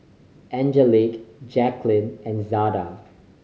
Angelic Jaclyn and Zada